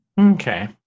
Okay